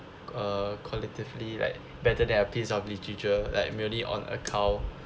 uh collectively like better than a piece of literature like merely on a count